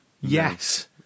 Yes